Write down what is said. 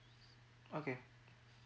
okay